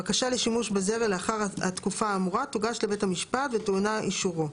בקשה לשימוש בזרע לאחר התקופה האמורה תוגש לבית המשפט וטעונה אישורו.